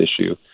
issue